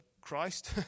Christ